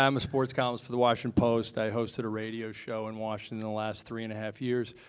um a sports columnist for the washington post. i hosted a radio show in washington the last three-and-a-half years.